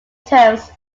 terms